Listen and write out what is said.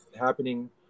happening